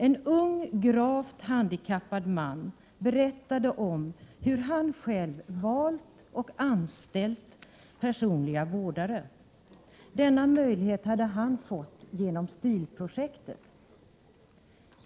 En ung, gravt handikappad man berättade om hur han själv valt och anställt personliga vårdare. Denna möjlighet hade han fått genom STIL-projektet.